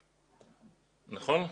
נכון?